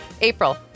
April